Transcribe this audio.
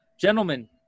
Gentlemen